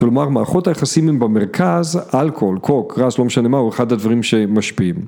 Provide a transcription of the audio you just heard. ‫כלומר, מערכות היחסים ‫אם במרכז, אלכוהול, קוק, גראס, ‫לא משנה מה, ‫הוא אחד הדברים שמשפיעים.